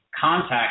contact